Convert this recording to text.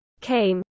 came